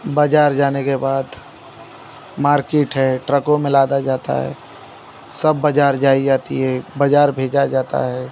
बाज़ार जाने के बाद मार्केट है ट्रकों में लादा जाता है सब बाज़ार जाई जाती हैं बाज़ार भेजा जाता है